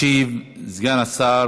ישיב סגן השר